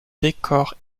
décor